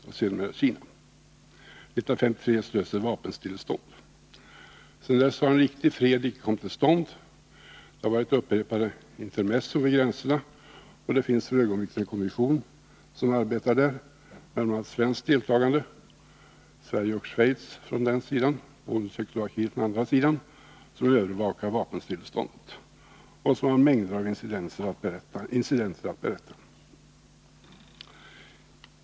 1953 slöts ett vapenstillestånd. Sedan dess har icke någon riktig fred kommit till stånd. Det har varit upprepade intermezzon vid gränserna. För ögonblicket arbetar där en kommission med bl.a. svenskt deltagande. Det är Sverige och Schweiz på den ena sidan och Tjeckoslovakien och Polen på den andra sidan som övervakar vapenstilleståndet, och man har mängder av incidenter att berätta om.